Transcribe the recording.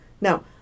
Now